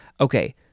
Okay